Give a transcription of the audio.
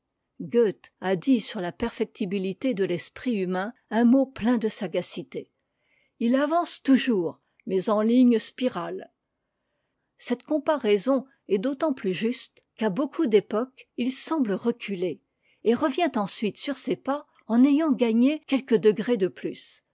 a dit sur a perfectibitité de l'esprit humain un mot plein de sagacité il avance toujours mais en ke spirale cette comparaison est d'autant plus juste qu'à beaucoup d'époques il semble reculer et revient ensuite sur ses pas en ayant gagné quelques degrés de plus